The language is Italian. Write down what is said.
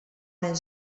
nel